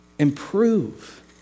improve